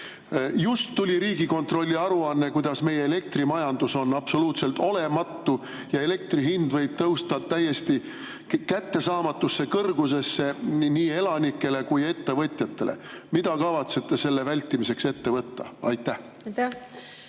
Just tuli Riigikontrolli aruanne, kuidas meie elektrimajandus on absoluutselt olematu ja elektri hind võib tõusta täiesti kättesaamatusse kõrgusesse nii elanikele kui ka ettevõtjatele. Mida kavatsete selle vältimiseks ette võtta? Mart